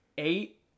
Eight